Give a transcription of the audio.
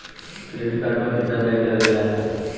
Credit card पर कितना ब्याज लगेला?